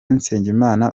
nsengimana